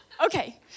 Okay